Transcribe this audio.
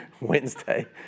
Wednesday